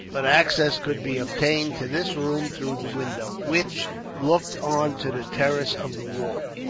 but access could be obtained to this room through the window, which looked on to the terrace of the wall.